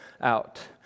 out